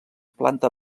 planta